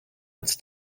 its